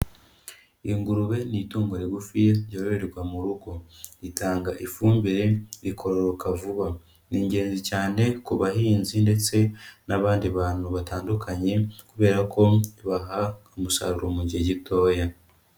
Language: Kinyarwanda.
Ingurube ni itungo rigufi, ryororerwa mu rugo. Ritanga ifumbire, rikororoka vuba. Ni ingenzi cyane ku bahinzi ndetse n'abandi bantu batandukanye kubera ko ribaha umusaruro mu gihe gitoya.